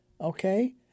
okay